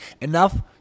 enough